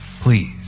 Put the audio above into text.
please